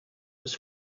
his